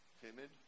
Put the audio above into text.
timid